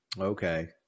Okay